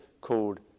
called